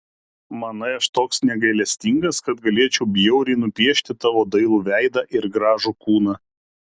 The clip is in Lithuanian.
manai aš toks negailestingas kad galėčiau bjauriai nupiešti tavo dailų veidą ir gražų kūną